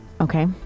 Okay